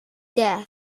death